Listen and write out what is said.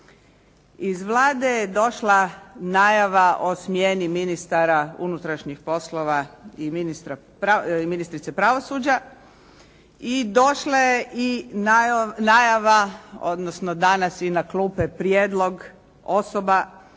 Iz Vlade je došla najava o smjeni ministara unutrašnjih poslova i ministrice pravosuđa i došla je i najava odnosno danas i na klupe prijedlog osoba